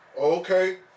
Okay